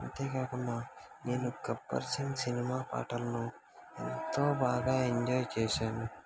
అంతేకాకుండా నేను గబ్బర్ సింగ్ సినిమా పాటలను ఎంతో బాగా ఎంజాయ్ చేశాను